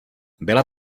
byla